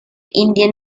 indian